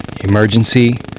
emergency